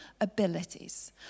abilities